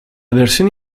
versione